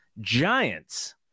Giants